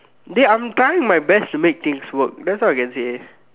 dey I'm trying my best to make things work that's all I can say